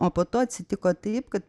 o po to atsitiko taip kad